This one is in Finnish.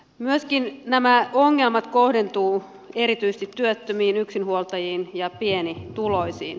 myöskin nämä ongelmat kohdentuvat erityisesti työttömiin yksinhuoltajiin ja pienituloisiin